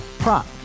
Prop